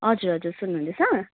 हजुर हजुर सुन्नु हुँदैछ